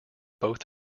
both